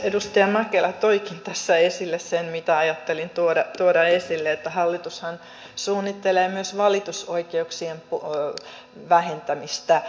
edustaja mäkelä toikin tässä esille sen mitä ajattelin tuoda esille että hallitushan suunnittelee myös valitusoikeuksien vähentämistä